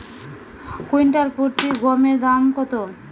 Quintal প্রতি গমের দাম কত?